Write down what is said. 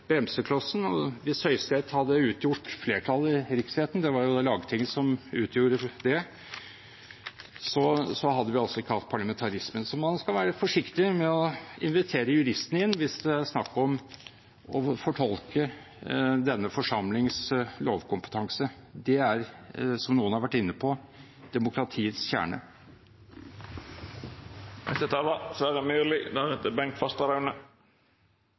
Hvis Høyesterett hadde utgjort flertallet i riksretten – det var Lagtinget som utgjorde det – hadde vi altså ikke hatt parlamentarismen. Så man skal være forsiktig med å invitere juristene inn hvis det er snakk om å fortolke denne forsamlings lovkompetanse. Det er – som noen har vært inne på – demokratiets kjerne.